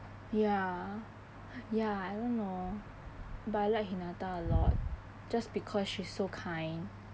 ya ya I don't know but I like hinata a lot just because she is so kind